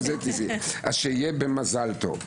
שיהיה במזל טוב.